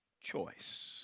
choice